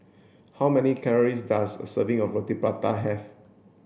how many calories does a serving of Roti Prata have